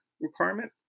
requirement